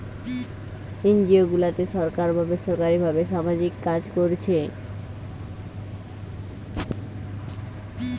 NGO গুলাতে সরকার বা বেসরকারী ভাবে সামাজিক কাজ কোরছে